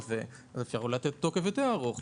אפשר אולי לתת תוקף יותר ארוך.